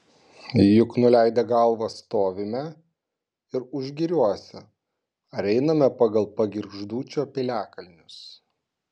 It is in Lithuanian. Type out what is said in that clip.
juk nuleidę galvas stovime ir užgiriuose ar einame pagal pagirgždūčio piliakalnius